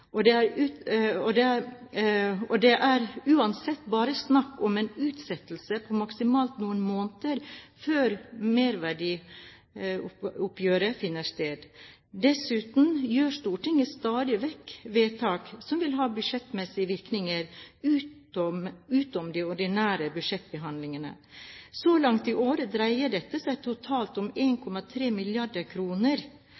er minimale, og det er uansett bare snakk om en utsettelse på maksimalt noen måneder før merverdiavgiftsoppgjøret finner sted. Dessuten gjør Stortinget stadig vekk vedtak som vil ha budsjettmessige virkninger, utenom de ordinære budsjettbehandlingene. Så langt i år dreier dette seg om totalt 1,3 mrd. kr. I den sammenheng er